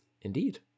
Indeed